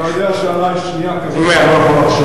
אתה יודע שעלי, שנייה אחת כזאת אתה לא יכול לחשוב.